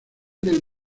del